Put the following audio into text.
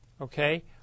Okay